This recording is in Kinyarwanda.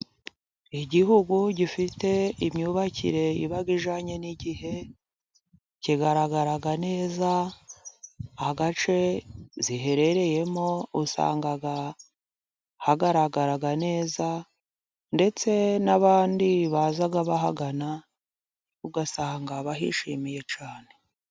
Igihugu gifite imyubakire iba ijyanye n'igihe kigaragaraga neza, agace ziherereyemo usanga hagaragara neza ndetse n'abandi baza bahagana ugasanga bahishimiye cyane.